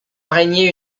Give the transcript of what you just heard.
régner